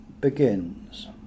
begins